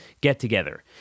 get-together